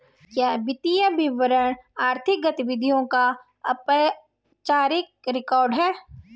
क्या वित्तीय विवरण आर्थिक गतिविधियों का औपचारिक रिकॉर्ड है?